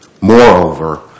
Moreover